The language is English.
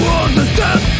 understand